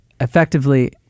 effectively